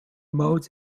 modes